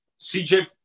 CJ